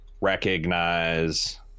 recognize